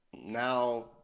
now